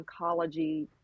oncology